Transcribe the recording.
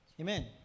Amen